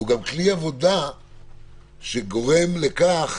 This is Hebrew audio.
והוא גם כלי עבודה שגורם לכך